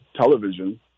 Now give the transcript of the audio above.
television